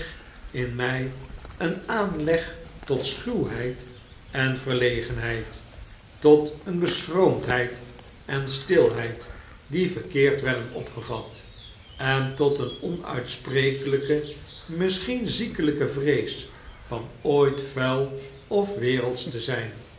in my een aanleg tot schuwheid en verlegenheid tot een beschroomdheid en stilheid die verkeerd werden opgevat en tot een onuitsprekelijke misschien ziekelijke vrees van ooit vuil of wereldsch te zyn